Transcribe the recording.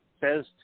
says